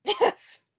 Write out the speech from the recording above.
Yes